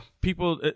People –